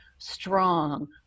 strong